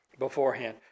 beforehand